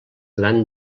gran